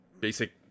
basic